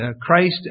Christ